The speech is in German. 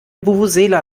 vuvuzela